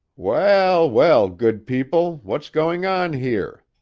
well, well, good people! what's going on here?